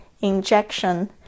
injection